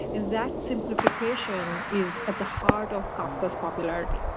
and that simplification is at the heart of kafka's popularity.